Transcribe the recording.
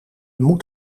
moet